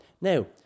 now